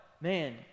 man